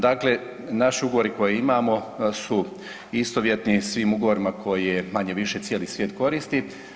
Dakle, naši ugovori koje imamo su istovjetni svim ugovorima koje manje-više cijeli svijet koristi.